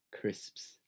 crisps